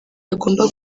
agomba